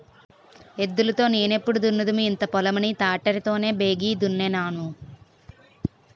ఎద్దులు తో నెప్పుడు దున్నుదుము ఇంత పొలం ని తాటరి తోనే బేగి దున్నేన్నాము